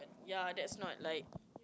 ya that's not like